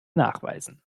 nachweisen